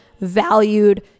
valued